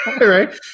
right